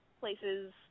places